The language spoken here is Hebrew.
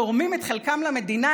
תורמים את חלקם למדינה,